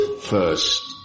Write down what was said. first